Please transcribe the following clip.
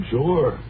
Sure